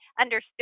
understood